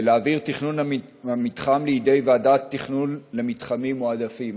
ואת העברת תכנון המתחם לידי ועדת תכנון למתחמים מועדפים,